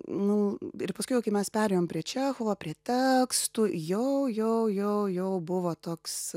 nu ir paskui jau kai mes perėjom prie čechovo prie tekstų jau jau jau jau buvo toks